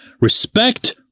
Respect